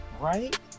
right